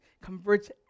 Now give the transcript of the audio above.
converts